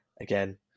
again